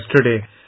yesterday